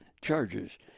charges